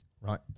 Right